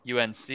unc